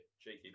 Cheeky